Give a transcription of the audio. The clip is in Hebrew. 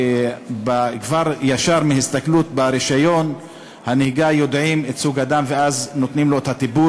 כבר מהסתכלות ברישיון הנהיגה יודעים את סוג הדם ונותנים לו את הטיפול.